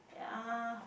yeah